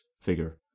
figure